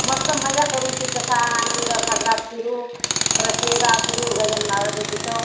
मस्त मजा करू तिथं फार आनंद साजरा करू परत शेगाव फिरू गजानन महाराजांच्या तिथं